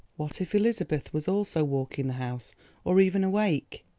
what if elizabeth was also walking the house or even awake?